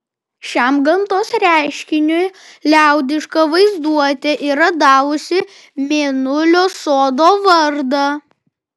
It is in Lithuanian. šiam gamtos reiškiniui liaudiška vaizduotė yra davusi mėnulio sodo vardą